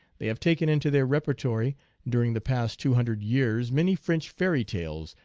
they have taken into their repertory during the past two hundred years many french fairy tales,